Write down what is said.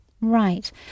Right